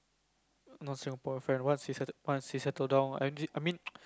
not Singapore friend once he settle once he settle down lah I mean